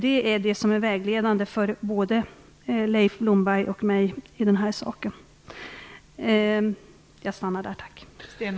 Detta är vad som är vägledande för både Leif Blomberg och mig i den här frågan.